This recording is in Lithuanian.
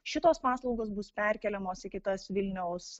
šitos paslaugos bus perkeliamos į kitas vilniaus